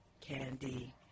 candy